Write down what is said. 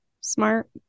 smart